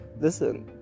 listen